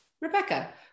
Rebecca